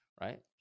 right